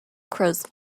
crows